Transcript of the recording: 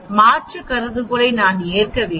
மாற்று கருதுகோளை நாம் ஏற்க வேண்டும்